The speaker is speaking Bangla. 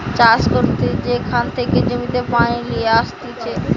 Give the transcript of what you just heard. চাষ করতে যেখান থেকে জমিতে পানি লিয়ে আসতিছে